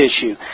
issue